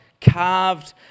carved